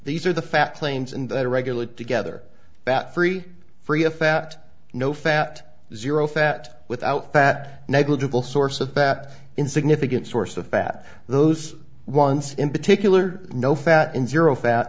these are the facts claims in the regular together that free for a a fat no fat zero fat without fat negligible source of that in significant source of fat those once in particular no fat in zero fat